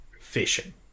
Fishing